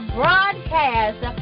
broadcast